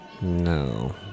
No